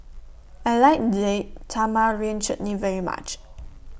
I like Date Tamarind Chutney very much